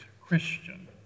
Christian